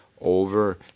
Over